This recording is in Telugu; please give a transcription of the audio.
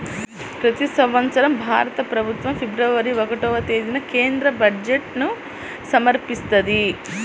ప్రతి సంవత్సరం భారత ప్రభుత్వం ఫిబ్రవరి ఒకటవ తేదీన కేంద్ర బడ్జెట్ను సమర్పిస్తది